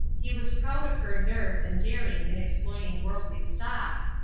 he was proud of her nerve and daring in exploiting worldly stocks,